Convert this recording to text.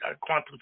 quantum